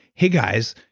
hey, guys,